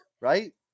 right